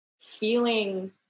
feeling